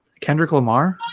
kendrick lamar